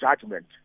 judgment